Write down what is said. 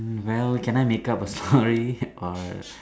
well can I make up a story or